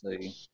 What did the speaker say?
see